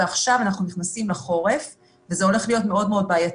ועכשיו אנחנו נכנסים לחורף וזה הולך להיות מאוד מאוד בעייתי,